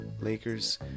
Lakers